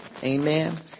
Amen